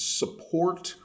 support